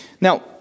Now